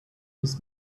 his